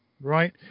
right